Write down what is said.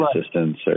assistance